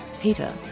peter